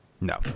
No